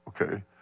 Okay